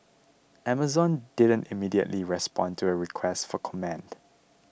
Amazon didn't immediately respond to a request for comment